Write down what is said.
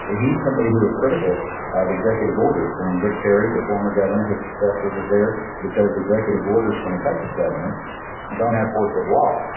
he's somebody who is critical of executive orders. when rick perry, the former governor, his successor, was there because executive orders from a texas governor don't have force of law.